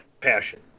passion